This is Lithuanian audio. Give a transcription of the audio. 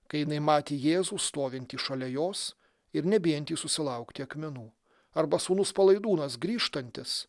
kai jinai matė jėzų stovintį šalia jos ir nebijantį susilaukti akmenų arba sūnus palaidūnas grįžtantis